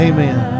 Amen